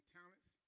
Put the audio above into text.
talents